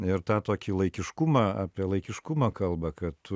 ir tą tokį laikiškumą apie laikiškumą kalba kad